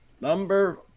Number